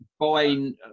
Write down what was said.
buying